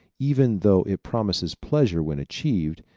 even though it promises pleasure when achieved,